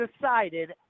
decided